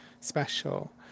special